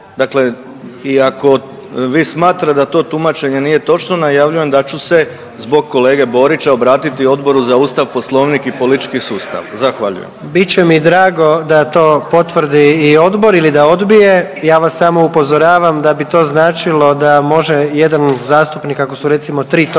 dakle iako vi smatrate da to tumačenje nije točno, najavljujem da ću se zbog kolege Borića obratiti Odboru za Ustav, Poslovnik i politički sustav. Zahvaljujem. **Jandroković, Gordan (HDZ)** Bit će mi drago da to potvrdi i Odbor ili da odbije. Ja vas samo upozoravam da bi to značilo da može jedan zastupnik, ako su recimo, 3 točke